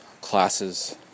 classes